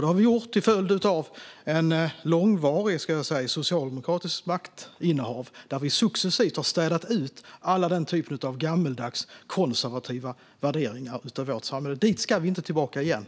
Det har vi gjort till följd av ett långvarigt socialdemokratiskt maktinnehav där vi successivt har städat ut alla dessa typer av gammaldags, konservativa värderingar ur vårt samhälle. Dit ska vi inte tillbaka igen.